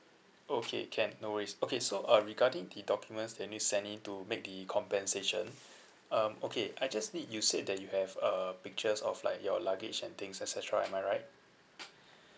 oh okay can no worries okay so uh regarding the documents that you need to send in to make the compensation um okay I just need you said that you have uh pictures of like your luggage and things et cetera am I right